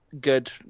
good